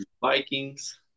Vikings